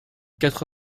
quatre